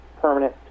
permanent